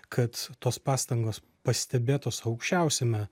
kad tos pastangos pastebėtos aukščiausiame